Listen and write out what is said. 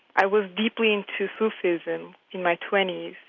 i was deeply into sufism in my twenty